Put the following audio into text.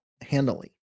handily